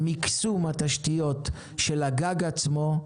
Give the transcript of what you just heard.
מיקסום התשתיות של הגג עצמו,